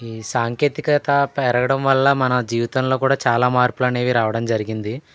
ఈ సాంకేతికత పెరగడం వల్ల మన జీవితంలో కూడా చాలా మార్పులు అనేవి రావడం జరిగింది